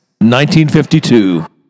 1952